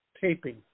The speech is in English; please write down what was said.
taping